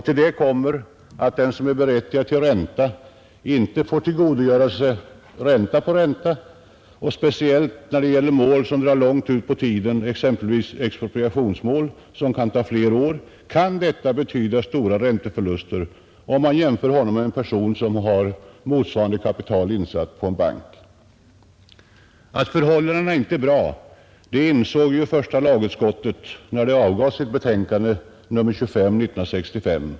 Till detta kommer att den som är berättigad till ränta inte kan få tillgodoräkna sig ränta på ränta. Speciellt när det gäller mål som drar ut långt på tiden — exempelvis expropriationsmål, som kan ta flera år — kan detta betyda stora ränteförluster om man jämför honom med en person som har samma belopp insatt på bank. Att förhållandena inte är bra insåg första lagutskottet när det avgav sitt betänkande nr 25 år 1965.